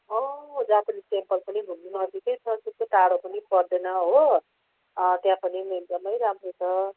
अँ Japanese temple पनि घुम्नु नजिकै छ त्यस्तो टाढो पनि पर्दैन हो त्यहाँ पनि एकदमै राम्रो छ